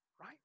Right